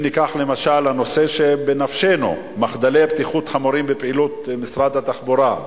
אם ניקח למשל נושא שבנפשנו: מחדלי בטיחות חמורים בפעילות משרד התחבורה,